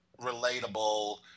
relatable